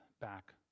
back